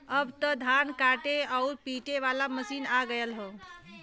अब त धान काटे आउर पिटे वाला मशीन आ गयल हौ